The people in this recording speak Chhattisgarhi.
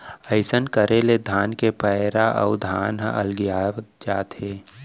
अइसन करे ले धान के पैरा अउ धान ह अलगियावत जाथे